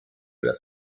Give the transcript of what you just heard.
das